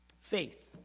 Faith